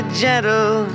gentle